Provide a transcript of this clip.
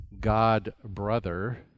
God-brother